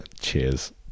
Cheers